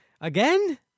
Again